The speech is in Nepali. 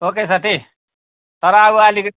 ओके साथी तर अब अलिकति